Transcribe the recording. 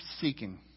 seeking